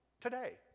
today